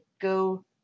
go